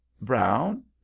Brown